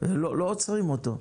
ולא עוצרים אותו.